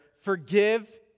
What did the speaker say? forgive